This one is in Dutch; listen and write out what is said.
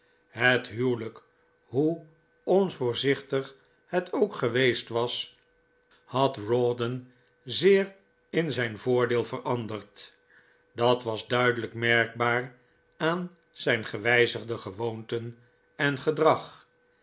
het huwelijk hoe onvoorzichtig het ook geweest was had rawdon zeer in zijn voordeel veranderd dat was duidelijk merkbaar aan zijn gewijzigde gewoonten en gedrag